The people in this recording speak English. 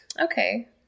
Okay